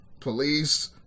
police